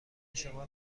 شما